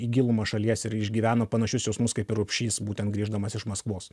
į gilumą šalies ir išgyveno panašius jausmus kaip ir urbšys būtent grįždamas iš maskvos